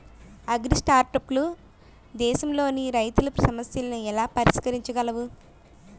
అగ్రిస్టార్టప్లు దేశంలోని రైతుల సమస్యలను ఎలా పరిష్కరించగలవు?